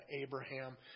Abraham